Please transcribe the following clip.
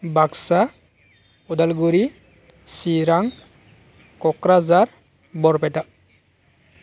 Baksa Udalguri Chirang Kokrajhar Barpeta